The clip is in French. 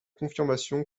confirmation